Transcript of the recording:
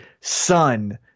Son